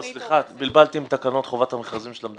סליחה, בלבלתי עם תקנות חובת המכרזים של המדינה.